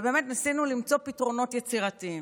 ניסינו למצוא פתרונות יצירתיים.